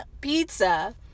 pizza